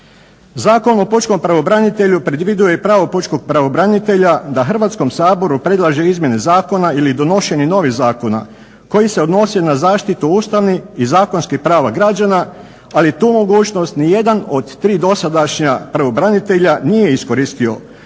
Zakon o pučkom pravobranitelju predviđa i pravo pučkog pravobranitelja da Hrvatskom saboru predlaže izmjene zakona ili donošenje novih zakona koji se odnose na zaštitu ustavnih i zakonskih prava građana, ali tu mogućnost nijedan od tri dosadašnja pravobranitelja nije iskoristio.